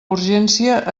urgència